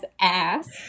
ass